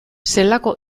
zelako